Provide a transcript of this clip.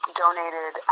donated –